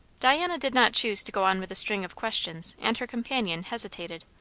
diana did not choose to go on with a string of questions and her companion hesitated.